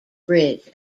bridge